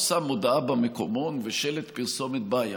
הוא שם מודעה במקומון ושלט פרסומת בעיירה,